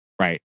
Right